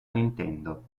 nintendo